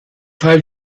fall